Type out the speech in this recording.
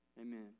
Amen